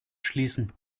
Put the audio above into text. schließen